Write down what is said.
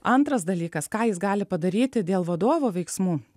antras dalykas ką jis gali padaryti dėl vadovo veiksmų